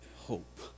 hope